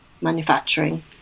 manufacturing